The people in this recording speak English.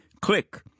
Click